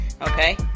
Okay